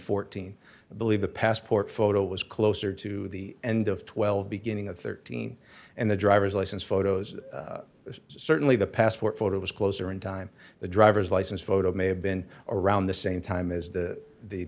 fourteen believe the passport photo was closer to the end of twelve beginning at thirteen and the driver's license photos certainly the passport photo was closer in time the driver's license photo may have been around the same time as the